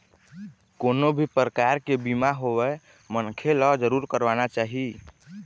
कोनो भी परकार के बीमा होवय मनखे ल जरुर करवाना चाही